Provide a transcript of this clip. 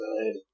good